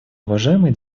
уважаемые